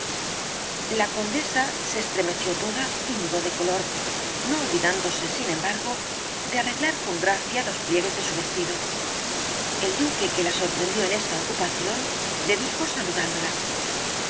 la condesa se estremeció toda y mudó de color no olvidándose sin embargo de arreglar con gracia los pliegues del vestido el duque que la sorprendió en esta ocupación le dijo saludándola